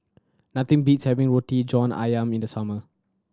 nothing beats having Roti John Ayam in the summer